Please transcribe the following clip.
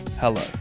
Hello